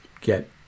get